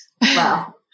wow